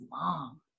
long